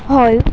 হয়